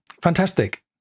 Fantastic